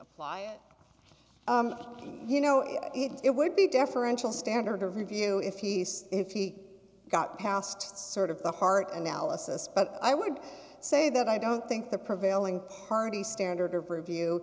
apply it you know it would be deferential standard of review if he's if he got past sort of the heart and malice us but i would say that i don't think the prevailing party standard of review